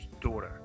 daughter